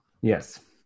Yes